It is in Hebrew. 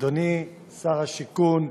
אדוני שר השיכון,